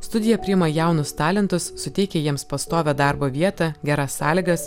studija priima jaunus talentus suteikia jiems pastovią darbo vietą geras sąlygas